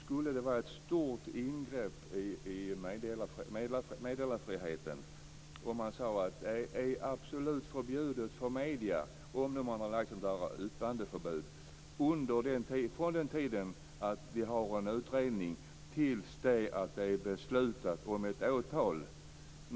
Skulle det vara ett stort ingrepp i meddelarfriheten att införa ett totalförbud även för medierna att skriva uppgifter som kommer från läckande poliskällor från det att en utredning påbörjas tills det är beslutat om ett åtal, om man har förordnat om yppandeförbud?